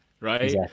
right